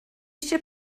eisiau